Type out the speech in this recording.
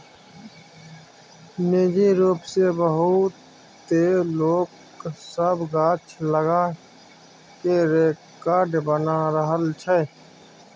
निजी रूप सँ बहुते लोक सब गाछ लगा कय रेकार्ड बना रहल छै